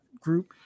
group